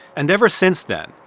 and ever since then,